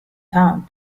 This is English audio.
town